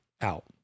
out